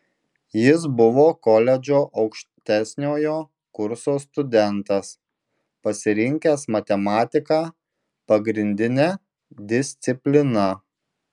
jis buvo koledžo aukštesniojo kurso studentas pasirinkęs matematiką pagrindine disciplina